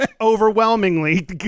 overwhelmingly